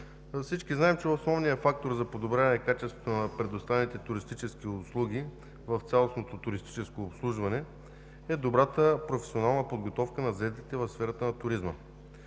Всички знаем, че основният фактор за подобряване качеството на предоставяните туристически услуги в цялостното туристическо обслужване е добрата професионална подготовка на заетите в сферата на туризма.